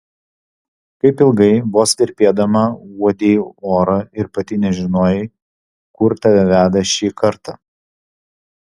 kaip ilgai vos virpėdama uodei orą ir pati nežinojai kur tave veda šį kartą